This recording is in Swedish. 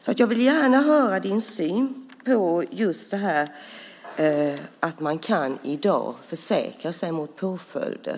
Jag vill alltså gärna ha din syn på just detta att man i dag kan försäkra sig mot påföljder.